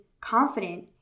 confident